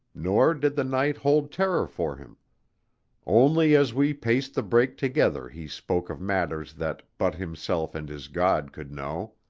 nor did the night hold terror for him only as we paced the break together he spoke of matters that but himself and his god could know.